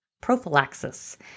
prophylaxis